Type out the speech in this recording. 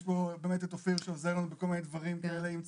יש פה באמת את אופיר שעוזר לנו בכל מיני דברים כאלה אם צריך.